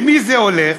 למי זה הולך?